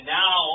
now